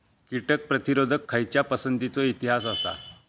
कीटक प्रतिरोधक खयच्या पसंतीचो इतिहास आसा?